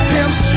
Pimps